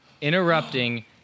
interrupting